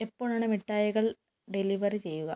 എപ്പോഴാണ് മിഠായികൾ ഡെലിവറി ചെയ്യുക